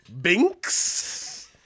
Binks